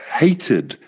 hated